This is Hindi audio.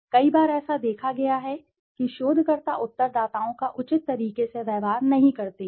कई बार ऐसा देखा गया है कि शोधकर्ता उत्तरदाताओं का उचित तरीके से व्यवहार नहीं करते हैं